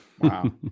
Wow